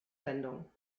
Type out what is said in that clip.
sendung